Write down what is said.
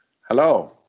Hello